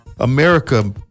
America